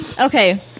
Okay